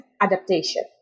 adaptation